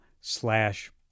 slash